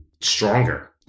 stronger